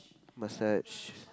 massage